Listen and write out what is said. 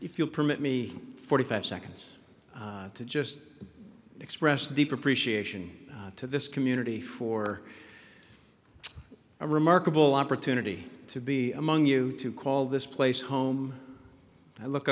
if you'll permit me forty five seconds to just express deep appreciation to this community for a remarkable opportunity to be among you to call this place home i look